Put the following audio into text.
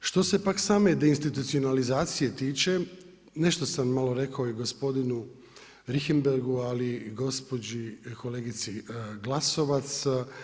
Što se pak same deinstitucionalizacije tiče nešto sam malo rekao i gospodinu Richemberghu, ali i gospođi kolegici Glasovac.